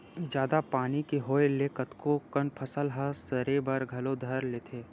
जादा पानी के होय ले कतको कन फसल ह सरे बर घलो धर लेथे